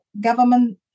government